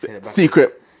secret